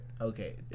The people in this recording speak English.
Okay